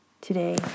Today